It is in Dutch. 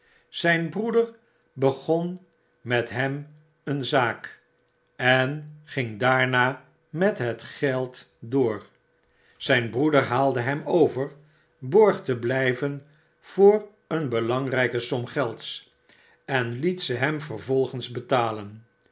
zjjn broeder begon met hem een zaak en ging daarna met het geld door zyn broeder naalde hem over borg te bltiven voor een belangryke som gelds en liet ze hem vervolgens betalen